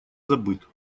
забыт